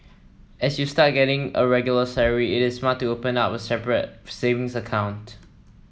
as you start getting a regular salary it is smart to open up with a separate savings account